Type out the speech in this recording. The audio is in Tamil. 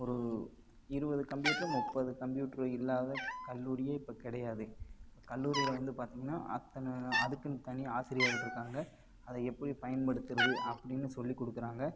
ஒரு இருபது கம்ப்யூட்டர் முப்பது கம்ப்யூட்டர் இல்லாத கல்லூரியே இப்போ கிடையாது இப்போ கல்லூரியில் வந்து பார்த்தீங்கன்னா அத்தனை அதுக்குன்னு தனி ஆசிரியர்கள் இருக்காங்க அதை எப்படி பயன்படுத்துவது அப்பிடின்னு சொல்லிக்கொடுக்கறாங்க